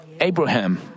Abraham